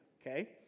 okay